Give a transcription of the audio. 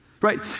Right